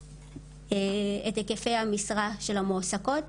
את היקפי המשרה של המועסקות,